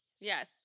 Yes